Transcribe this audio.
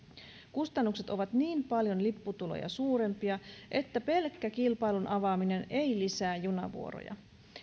kustannukset ovat niin paljon lipputuloja suurempia että pelkkä kilpailun avaaminen ei lisää junavuoroja